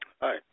Hi